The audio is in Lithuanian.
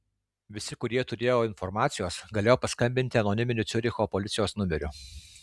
visi kurie turėjo informacijos galėjo paskambinti anoniminiu ciuricho policijos numeriu